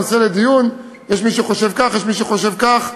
הנושא בדיון, יש מי שחושב כך, יש מי שחושב כך,